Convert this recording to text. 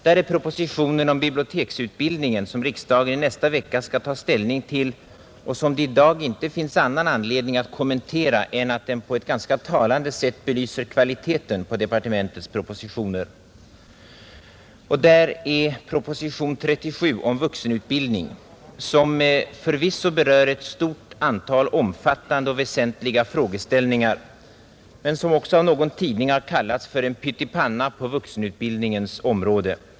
Där är propositionen om biblioteksutbildningen, som riksdagen i nästa vecka skall ta ställning till och som det i dag inte finns annan anledning att kommentera än att den på ett ganska talande sätt belyser kvaliteten på departementets propositioner. Och där är proposition 37 om vuxenutbildning, som förvisso berör ett stort antal omfattande och väsentliga frågeställningar, men som också av någon tidning har kallats för en pyttipanna på vuxenutbildningens område.